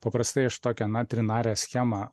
paprastai aš tokią na trinarę schemą